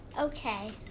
okay